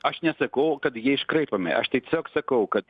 aš nesakau kad jie iškraipomi aš tai tiesiog sakau kad